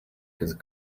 could